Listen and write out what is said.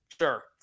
Sure